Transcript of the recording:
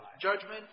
judgment